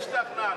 השתכנענו.